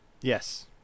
yes